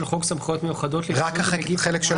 חוק סמכויות מיוחדות להתמודדות עם נגיף הקורונה.